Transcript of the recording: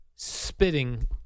spitting